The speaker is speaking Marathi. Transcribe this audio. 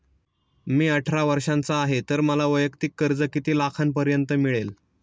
मी अठरा वर्षांचा आहे तर मला वैयक्तिक कर्ज किती लाखांपर्यंत मिळेल?